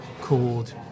called